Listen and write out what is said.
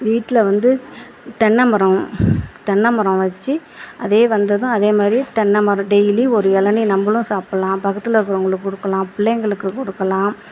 வீட்டில் வந்து தென்னைமரம் தென்னைமரம் வச்சு அதே வந்து தான் அதே மாதிரி தென்னைமரம் டெய்லியும் ஒரு இளநி நம்பளும் சாப்பிடலாம் பக்கத்தில் இருக்கிறவங்களுக்கு கொடுக்கலாம் பிள்ளைங்களுக்கு கொடுக்கலாம்